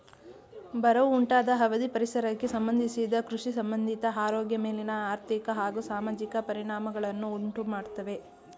ಬರವು ಉಂಟಾದ ಅವಧಿ ಪರಿಸರಕ್ಕೆ ಸಂಬಂಧಿಸಿದ ಕೃಷಿಸಂಬಂಧಿತ ಆರೋಗ್ಯ ಮೇಲಿನ ಆರ್ಥಿಕ ಹಾಗೂ ಸಾಮಾಜಿಕ ಪರಿಣಾಮಗಳನ್ನು ಉಂಟುಮಾಡ್ತವೆ